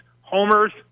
homers